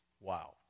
Wow